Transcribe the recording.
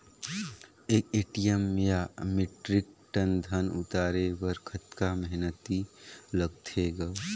एक एम.टी या metric ton धन उतारे बर कतका मेहनती लगथे ग?